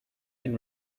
and